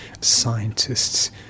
scientists